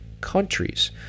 countries